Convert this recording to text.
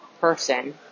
person